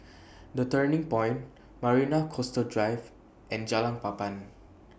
The Turning Point Marina Coastal Drive and Jalan Papan